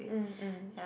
mm mm